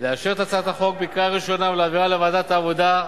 לאשר את הצעת החוק בקריאה ראשונה ולהעבירה לוועדת העבודה,